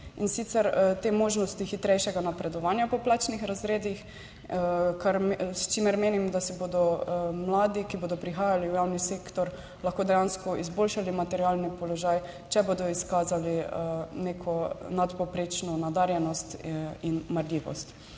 in sicer te možnosti hitrejšega napredovanja po plačnih razredih, s čimer, menim, si bodo mladi, ki bodo prihajali v javni sektor, lahko dejansko izboljšali materialni položaj, če bodo izkazali neko nadpovprečno nadarjenost in marljivost.